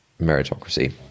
meritocracy